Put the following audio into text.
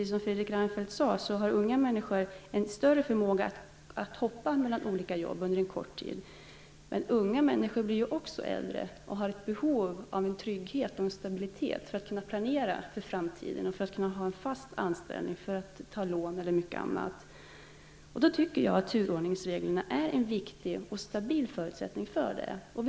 Som Fredrik Reinfeldt sade har unga människor en större förmåga att hoppa mellan olika jobb under en kort tid. Men när unga människor blir äldre vill de för att kunna planera inför framtiden ha trygghet och stabilitet, fast anställning för att kunna ta lån osv. Jag tycker att turordningsreglerna är en viktig och stabil förutsättning för detta.